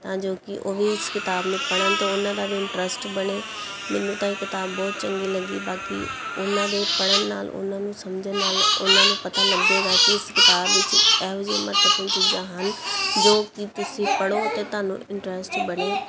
ਤਾਂ ਜੋ ਕਿ ਉਹ ਵੀ ਇਸ ਕਿਤਾਬ ਨੂੰ ਪੜ੍ਹਨ ਅਤੇ ਉਹਨਾਂ ਦਾ ਵੀ ਇੰਟਰਸਟ ਬਣੇ ਮੈਨੂੰ ਤਾਂ ਇਹ ਕਿਤਾਬ ਬਹੁਤ ਚੰਗੀ ਲੱਗੀ ਬਾਕੀ ਇਹਨਾਂ ਦੇ ਪੜ੍ਹਨ ਨਾਲ ਉਹਨਾਂ ਨੂੰ ਸਮਝਣ ਨਾਲ ਉਹਨਾਂ ਨੂੰ ਪਤਾ ਲੱਗੇਗਾ ਕਿ ਇਸ ਕਿਤਾਬ ਵਿੱਚ ਇਹੋ ਜਿਹੀਆਂ ਮਹੱਤਵਪੂਰਨ ਚੀਜ਼ਾਂ ਹਨ ਜੋ ਕਿ ਤੁਸੀਂ ਪੜ੍ਹੋ ਅਤੇ ਤੁਹਾਨੂੰ ਇੰਟਰਸਟ ਬਣੇ